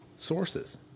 Sources